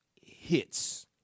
hits